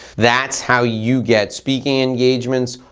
that's how you get speaking engagements.